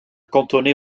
cantonné